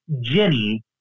Jenny